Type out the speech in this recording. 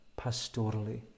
pastorally